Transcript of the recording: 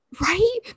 Right